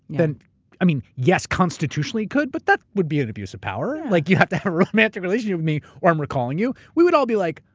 then i mean, yes, constitutionally could. but that would be an abuse of power. like you have to have a romantic relationship with me or i'm recalling you? we would all be like,